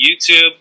YouTube